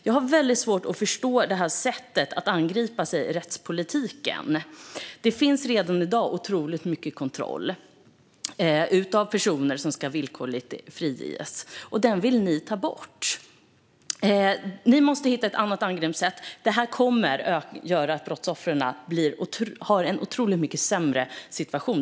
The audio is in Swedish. Jag har väldigt svårt att förstå det här sättet att gripa sig an rättspolitiken. Det finns redan i dag otroligt mycket kontroll av personer som ska friges villkorligt, men detta vill ni ta bort. Ni måste hitta ett annat angreppssätt. Det här kommer att göra situationen för brottsoffren otroligt mycket sämre.